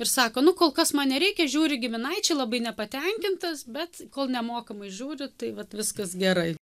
ir sako nu kol kas man nereikia žiūri giminaičiai labai nepatenkintas bet kol nemokamai žiūri tai vat viskas gerai